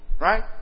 Right